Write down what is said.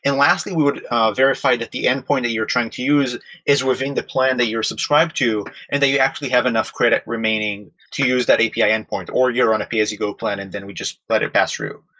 and lastly, we would verify that the endpoint that you're trying to use is within the plan that you're subscribe to and that you actually have enough credit remaining to use that api endpoint or you're on a pay as you go plan and then we just let it pass through.